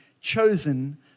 chosen